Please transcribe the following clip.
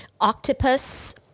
octopus